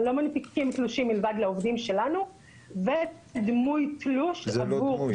לא מנפיקים תלושים מלבד לעובדים שלנו ודמוי תלוש עבור --- זה לא דמוי,